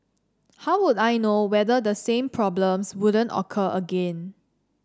how would I know whether the same problems wouldn't occur again